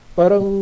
parang